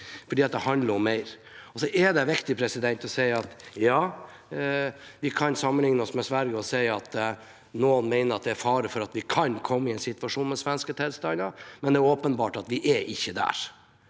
bomme. Dette handler om mer enn det. Det er viktig å si: Ja, vi kan sammenlikne oss med Sverige og si at noen mener at det er fare for at vi kan komme i en situasjon med svenske tilstander, men det er åpenbart at vi ikke er